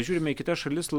žiūrime į kitas šalis